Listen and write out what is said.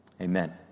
amen